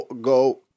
go